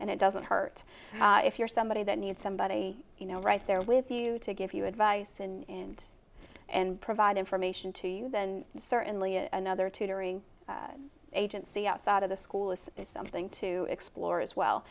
and it doesn't hurt if you're somebody that needs somebody you know right there with you to give you advice in and provide information to you then certainly another tutoring agency outside of the school is something to explore as